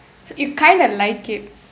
so you kind of like it